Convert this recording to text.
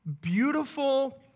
beautiful